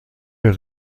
der